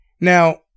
Now